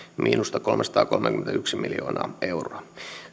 miinusta kolmesataakolmekymmentäyksi miljoonaa euroa